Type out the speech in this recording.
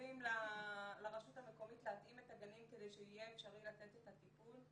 עוזרים לרשות המקומית להתאים את הגנים כדי שיהיה אפשרי לתת את הטיפול.